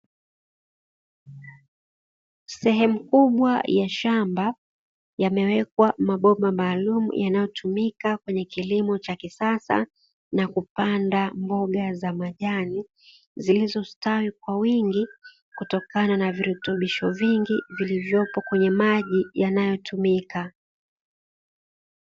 Sehemu kubwa ya shamba yamewekwa mabomba maalumu, yanayotumika kwa kilimo cha kisasa, na kupanda mboga za majani zilizostawi kwa wingi kutokana na virutubisho vingi vilivyopo kwenye maji yanayotumika.